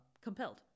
compelled